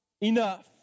enough